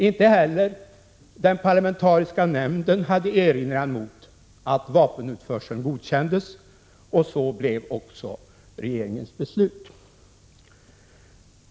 Inte heller den parlamentariska nämnden hade någon erinran mot att vapenutförseln godkändes. Så blev också regeringens beslut.